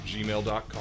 gmail.com